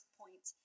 point